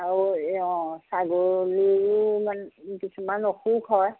আৰু অঁ ছাগলীৰো মানে কিছুমান অসুখ হয়